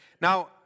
Now